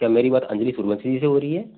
क्या मेरी बात अंजली सूर्यवंशी जी से हो रही है